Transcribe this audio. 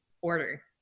order